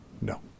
No